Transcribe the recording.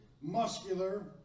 muscular